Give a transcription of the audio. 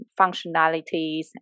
functionalities